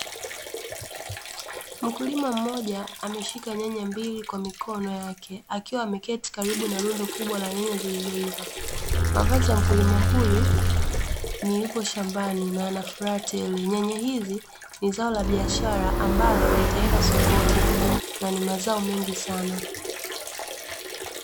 Mkulima mmoja ameshika nyanya mbili kwa mikono yake akiwa ameketi karibu na rundo kubwa la nyanya zilizo ivaa. Mavazi ya mkulima huyu, ni yupo shambani na ana furaha tele. Nyanya hizi ni zao la biashara ambalo litaenda sokoni na ni mazao mengi sana.